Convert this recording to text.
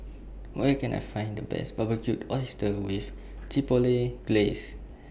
Where Can I Find The Best Barbecued Oysters with Chipotle Glaze